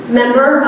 member